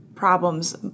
Problems